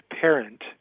parent